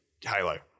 Halo